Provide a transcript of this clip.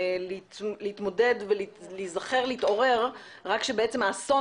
להתמודד ולהיזכר להתעורר רק כשבעצם האסון